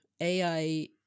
AI